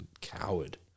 coward